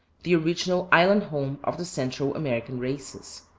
the original island-home of the central american races.